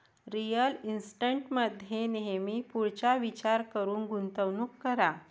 real इस्टेटमध्ये नेहमी पुढचा विचार करून गुंतवणूक करा